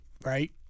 right